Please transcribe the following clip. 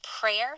prayer